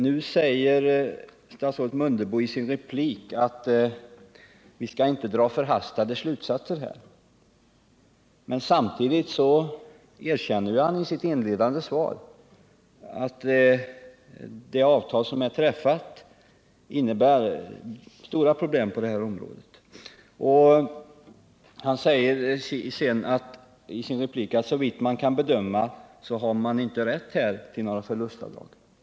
Nu säger statsrådet Mundebo i sin replik att vi inte skall dra förhastade slutsatser. Men samtidigt erkänner han i sitt inledande svar att det avtal som är träffat innebär stora problem på det här området. Han säger sedan i sin replik att man såvitt han kan bedöma inte har rätt till förlustavdrag här.